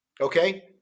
okay